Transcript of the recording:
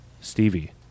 stevie